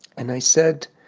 and i said